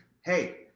Hey